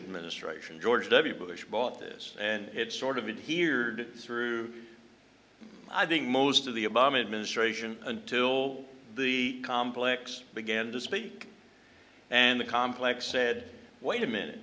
administration george w bush bought this and it sort of a tiered through i think most of the obama administration until the complex began to speak and the complex said wait a minute